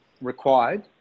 required